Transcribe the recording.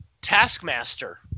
Taskmaster